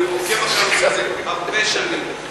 אני עוקב אחרי הנושא הזה הרבה שנים.